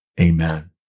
Amen